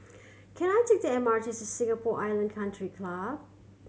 can I take the M R T to Singapore Island Country Club